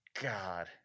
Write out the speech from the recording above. God